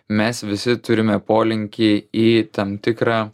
mes visi turime polinkį į tam tikrą